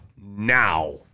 now